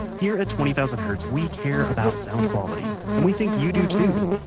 here at twenty thousand hertz, we care about sound quality, and we think you do too.